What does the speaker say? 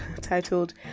titled